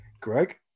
Greg